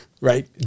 right